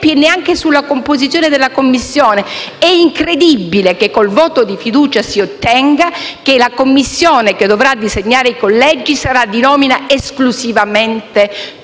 È incredibile che con il voto di fiducia si ottenga che la Commissione che dovrà disegnare i collegi sarà di nomina esclusivamente